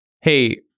hey